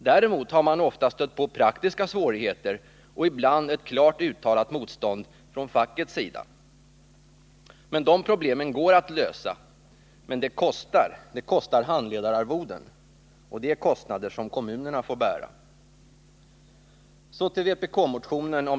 Däremot har man ofta stött på praktiska svårigheter och Anslag till skolibland ett klart uttalat motstånd från fackets sida. De problemen går att lösa, men det kostar. Det kostar handledararvoden, och det är kostnader som kommunerna får bära.